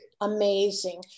amazing